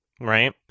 right